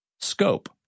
Scope